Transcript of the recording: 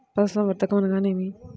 పశుసంవర్ధకం అనగా ఏమి?